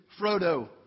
Frodo